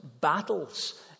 battles